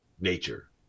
nature